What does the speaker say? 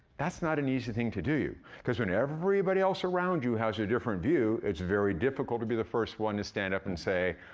that's not an easy thing to do, cause when everybody else around you has a different view, it's very difficult to be the first one to stand up and say,